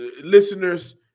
listeners